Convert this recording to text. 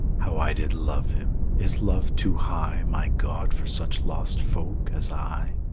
how i did love him! is love too high, my god, for such lost folk as i?